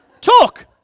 talk